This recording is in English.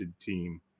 team